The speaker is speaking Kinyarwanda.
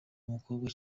umukobwa